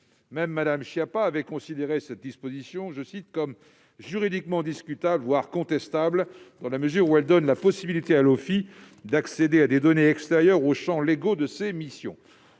Même Mme Schiappa avait considéré cette disposition comme « juridiquement discutable, voire contestable, dans la mesure où elle donne la possibilité à l'OFII d'accéder à des données extérieures aux champs légaux de ses missions.